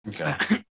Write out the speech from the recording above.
Okay